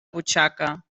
butxaca